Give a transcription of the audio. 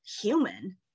human